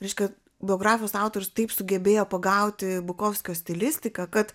reiškia biografijos autorius taip sugebėjo pagauti bukovskio stilistiką kad